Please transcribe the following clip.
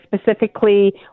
specifically